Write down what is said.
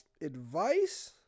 advice